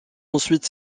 ensuite